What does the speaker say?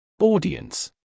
Audience